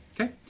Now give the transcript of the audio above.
Okay